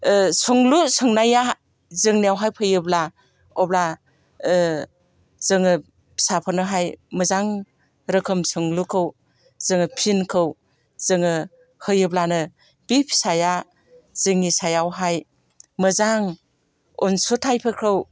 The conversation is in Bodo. सोंलु सोंनाया जोंनियावहाय फैयोब्ला अब्ला जोङो फिसाफोरनोहाय मोजां रोखोम सोंलुखौ जोङो फिनखौ जोङो होयोब्लानो बि फिसाया जोंनि सायावहाय मोजां अनसुंथायफोरखौ